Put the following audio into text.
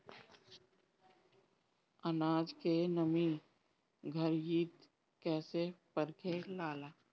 आनाज के नमी घरयीत कैसे परखे लालो?